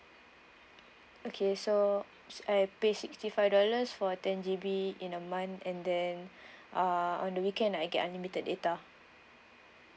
okay so I pay sixty five dollars for ten G_B in a month and then uh on the weekend I get unlimited data